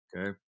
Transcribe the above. Okay